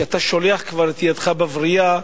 שאתה שולח כבר את ידך בבריאה,